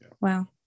Wow